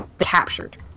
captured